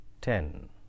ten